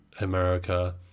America